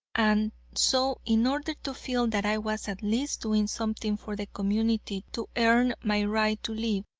and so in order to feel that i was at least doing something for the community to earn my right to live,